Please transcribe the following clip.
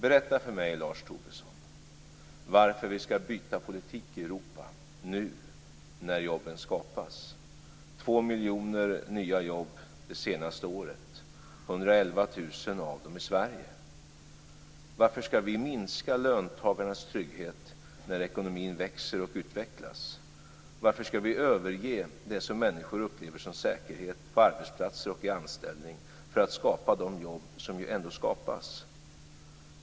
Berätta för mig, Lars Tobisson, varför vi skall byta politik i Europa nu när jobben skapas - 2 miljoner nya jobb det senaste året, 111 000 av dem i Sverige. Varför skall vi minska löntagarnas trygghet när ekonomin växer och utvecklas? Varför skall vi överge det som människor upplever som säkerhet på arbetsplatser och i anställning för att skapa de jobb som ju ändå skapas?